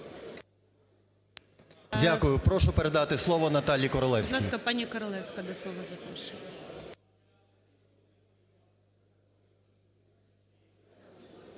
Дякую. Прошу передати слово Наталії Королевській.